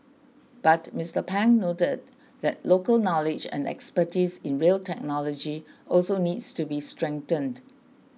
but Mister Pang noted that local knowledge and expertise in rail technology also needs to be strengthened